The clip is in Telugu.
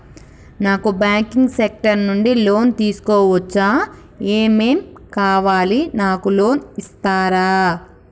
నాకు బ్యాంకింగ్ సెక్టార్ నుంచి లోన్ తీసుకోవచ్చా? ఏమేం కావాలి? నాకు లోన్ ఇస్తారా?